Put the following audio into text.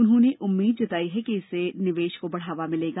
उन्होंने उम्मीद जताई कि इससे निवेश को बढ़ावा मिलेगा